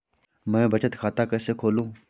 मैं बचत खाता कैसे खोलूँ?